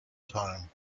time